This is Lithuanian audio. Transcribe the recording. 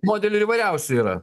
modelių ir įvairiausių yra